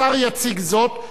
השר יציג זאת,